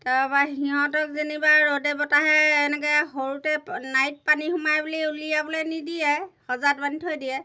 তাৰপৰা সিহঁতক যেনিবা ৰ'দে বতাহে এনেকৈ সৰুতে নাৰিত পানী সোমাই বুলি উলিয়াবলৈ নিদিয়ে সঁজাত বান্ধি থৈ দিয়ে